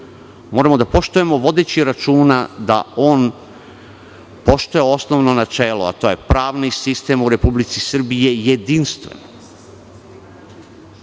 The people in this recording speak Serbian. moramo da poštujemo vodeći računa da on poštuje osnovno načelo, a to je da je pravni sistem u Republici Srbiji jedinstven.